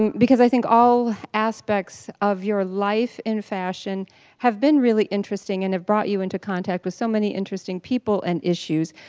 because i think all aspects of your life in fashion have been really interesting and have brought you into contact with so many interesting people and issues.